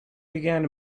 began